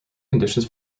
conditions